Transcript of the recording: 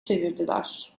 çevirdiler